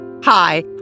Hi